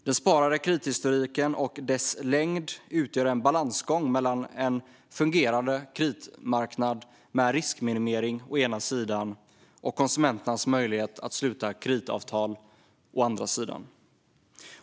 Den sparade kredithistoriken och dess längd utgör en balansgång mellan en fungerande kreditmarknad med riskminimering å ena sidan och konsumentens möjlighet att sluta kreditavtal å andra sidan.